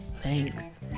thanks